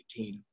2018